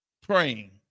praying